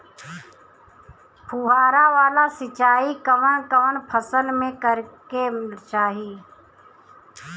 फुहारा वाला सिंचाई कवन कवन फसल में करके चाही?